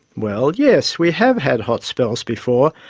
well yes, we have had hot spells before,